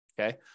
Okay